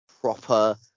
proper